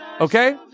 Okay